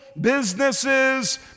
businesses